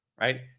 right